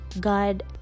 god